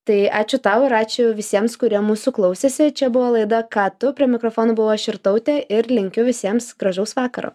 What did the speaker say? tai ačiū tau ir ačiū visiems kurie mūsų klausėsi čia buvo laida ką tu prie mikrofono buvau aš irtautė ir linkiu visiems gražaus vakaro